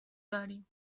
داریم